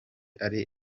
ari